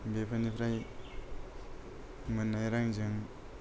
बेफोरनिफ्राय मोननाय रांजों